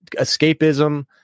escapism